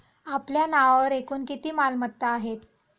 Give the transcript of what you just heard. आपल्या नावावर एकूण किती मालमत्ता आहेत?